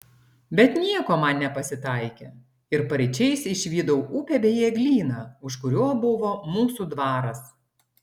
bet nieko man nepasitaikė ir paryčiais išvydau upę bei eglyną už kurio buvo mūsų dvaras